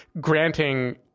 granting